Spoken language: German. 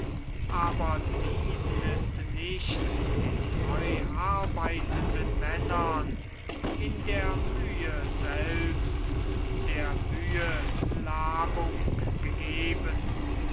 aber diesen ist nicht den treu arbeitenden männern in der mühe selbst der mühe labung gegeben